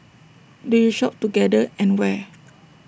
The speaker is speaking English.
do you shop together and where